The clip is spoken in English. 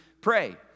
pray